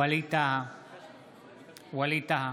ווליד טאהא,